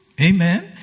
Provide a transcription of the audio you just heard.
Amen